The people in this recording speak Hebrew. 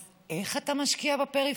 אז איך אתה משקיע בפריפריה?